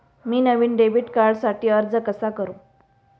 मी नवीन डेबिट कार्डसाठी अर्ज कसा करू?